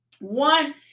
One